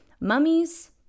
Mummies